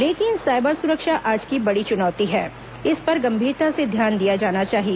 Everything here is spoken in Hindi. लेकिन सायबर सुरक्षा आज की बड़ी चुनौती है इस पर गंभीरता से ध्यान दिया जाना चाहिए